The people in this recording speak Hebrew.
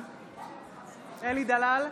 בעד אלי דלל,